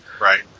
Right